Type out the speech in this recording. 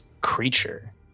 creature